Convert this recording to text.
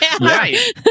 Right